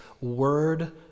word